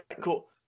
cool